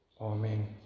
amen